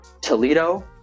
Toledo